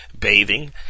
bathing